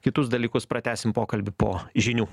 kitus dalykus pratęsim pokalbį po žinių